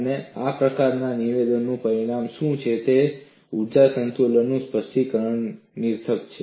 અને આ પ્રકારના નિવેદનનું પરિણામ શું છે કે ઊર્જા સંતુલનનું સ્પષ્ટીકરણ નિરર્થક છે